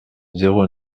zéro